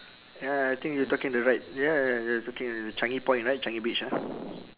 ya I think you talking the right ya you talking the changi point right changi beach ah